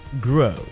grow